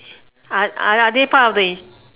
are they are they part of the